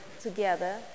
together